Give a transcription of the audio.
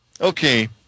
Okay